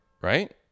right